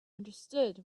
understood